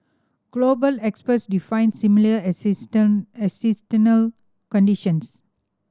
global experts define similar conditions